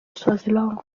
swaziland